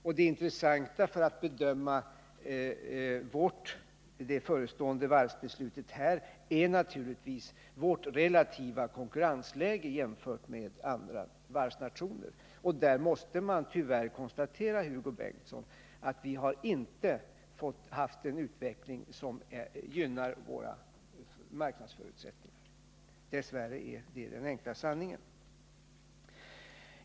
Med tanke på vårt förestående varvsbeslut är det naturligtvis intressant att jämföra Sveriges relativa konkurrensläge med andra varvsnationers. Där måste man tyvärr konstatera, Hugo Bengtsson, att svensk varvsindustri inte haft en utveckling som gynnar våra marknadsförutsättningar. Dess värre är det den enkla sanningen.